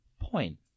point